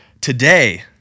Today